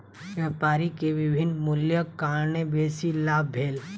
व्यापारी के विभिन्न मूल्यक कारणेँ बेसी लाभ भेल